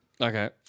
Okay